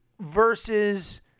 versus